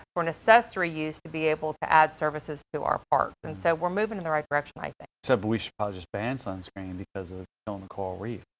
for an accessory used to be able to add services to our parks. and so we're moving in the right direction, i think. so but we should probably ah just ban so on screen because it's killing coral reefs.